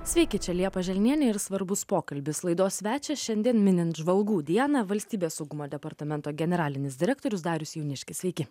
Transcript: sveiki čia liepa želnienė ir svarbus pokalbis laidos svečią šiandien minint žvalgų dieną valstybės saugumo departamento generalinis direktorius darius jauniškis sveiki